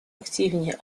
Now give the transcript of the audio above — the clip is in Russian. активнее